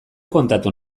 kontatu